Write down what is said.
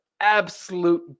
absolute